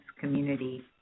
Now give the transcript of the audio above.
community